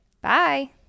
Bye